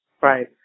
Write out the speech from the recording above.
Right